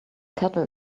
kettle